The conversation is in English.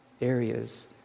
areas